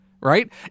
right